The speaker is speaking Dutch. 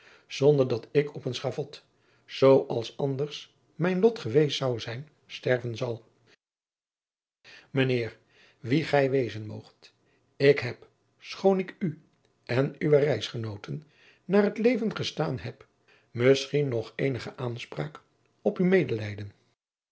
zonder dat ik op een schavot zoo als anders mijn lot geweest zou zijn sterven zal ijn eer wie gij wezen moogt ik heb schoon ik u en uwe reisgenooten naar het leven gestaan heb misschien nog eenige aanspraak op uw medelijden